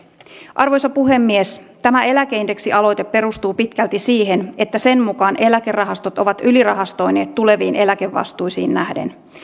arvoisa puhemies tämä eläkeindeksialoite perustuu pitkälti siihen että sen mukaan eläkerahastot ovat ylirahastoineet tuleviin eläkevastuisiin nähden